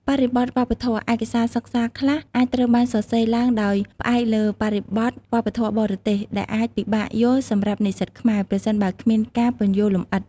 បរិបទវប្បធម៌ ឯកសារសិក្សាខ្លះអាចត្រូវបានសរសេរឡើងដោយផ្អែកលើបរិបទវប្បធម៌បរទេស ដែលអាចពិបាកយល់សម្រាប់និស្សិតខ្មែរ ប្រសិនបើគ្មានការពន្យល់លម្អិត។